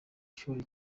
shuri